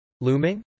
Looming